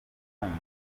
urumva